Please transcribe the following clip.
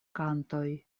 kantoj